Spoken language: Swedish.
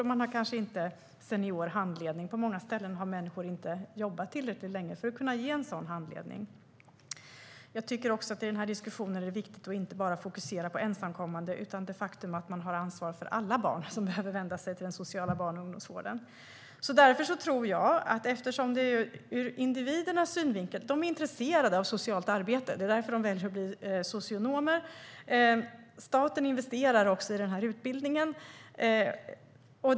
De har kanske inte tillgång till senior handledning. På många ställen har människor inte jobbat tillräckligt länge för att kunna ge en sådan handledning. I den här diskussionen är det viktigt att inte bara fokusera på ensamkommande utan se på det faktum att man har ansvar för alla barn som behöver vända sig till den sociala barn och ungdomsvården. Låt oss titta på detta ur individernas synvinkel. De är intresserade av socialt arbete. Det är därför de väljer att bli socionomer. Staten investerar också i utbildningen.